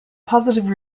positive